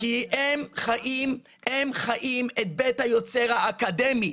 כי הם חיים את בית היוצר האקדמי.